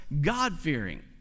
god-fearing